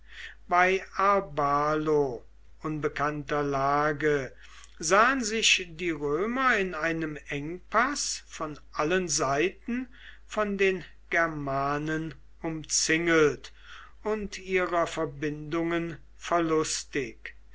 bei arbalo unbekannter lage sahen sich die römer in einem engpaß von allen seiten von den germanen umzingelt und ihrer verbindungen verlustig